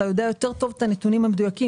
אתה יודע יותר טוב את הנתונים המדויקים.